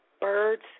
birds